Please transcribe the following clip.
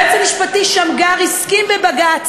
היועץ המשפטי שמגר הסכים בבג"ץ,